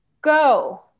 Go